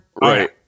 Right